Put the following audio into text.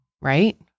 Right